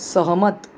सहमत